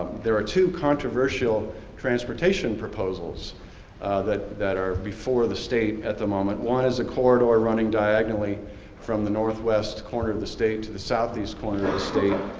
there are two controversial transportation proposals that that are before the state at the moment. one has a corridor running diagonally from the northwest corner of the state to the southeast corner of the state.